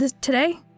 Today